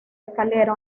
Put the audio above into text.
escalera